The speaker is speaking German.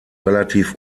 relativ